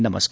नमस्कार